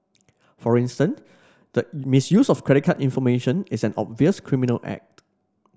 for instance the misuse of credit card information is an obvious criminal act